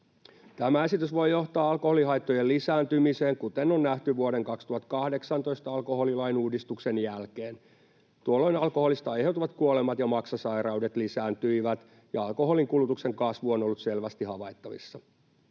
Tämä esitys voi johtaa alkoholihaittojen lisääntymiseen, kuten on nähty vuoden 2018 alkoholilain uudistuksen jälkeen. Tuolloin alkoholista aiheutuvat kuolemat ja maksasairaudet lisääntyivät, ja alkoholinkulutuksen kasvu on ollut selvästi havaittavissa.